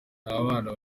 abana